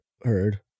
heard